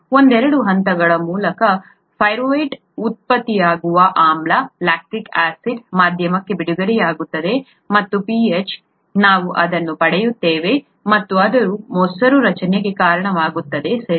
ಒಂದೆರಡು ಹಂತಗಳ ಮೂಲಕ ಪೈರುವೇಟ್ನಿಂದ ಉತ್ಪತ್ತಿಯಾಗುವ ಆಮ್ಲ ಲ್ಯಾಕ್ಟಿಕ್ ಆಸಿಡ್ ಮಾಧ್ಯಮಕ್ಕೆ ಬಿಡುಗಡೆಯಾಗುತ್ತದೆ ಮತ್ತು pH ನಾವು ನಾವು ಅದನ್ನು ಪಡೆಯುತ್ತೇವೆ ಮತ್ತು ಮತ್ತು ಇದು ಮೊಸರು ರಚನೆಗೆ ಕಾರಣವಾಗುತ್ತದೆ ಸರಿ